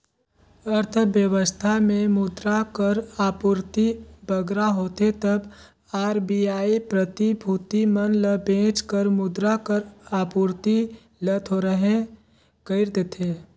अर्थबेवस्था में मुद्रा कर आपूरति बगरा होथे तब आर.बी.आई प्रतिभूति मन ल बेंच कर मुद्रा कर आपूरति ल थोरहें कइर देथे